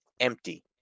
empty